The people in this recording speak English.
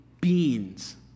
beings